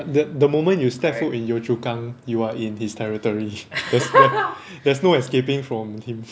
the the moment you step step foot in yio chu kang you are in his territory there's no there's no escaping from him